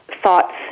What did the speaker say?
thoughts